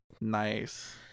Nice